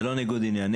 זה לא ניגוד עניינים.